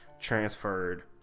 transferred